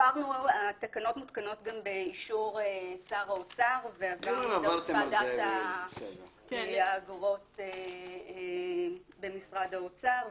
התקנות מותקנות גם באישור שר האוצר ועברו את ועדת האגרות במשרד האוצר.